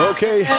Okay